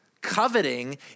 Coveting